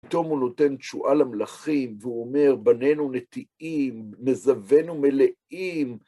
פתאום הוא נותן תשואה למלכים, והוא אומר, בנינו נטיעים, מזווינו מלאים.